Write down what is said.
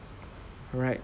alright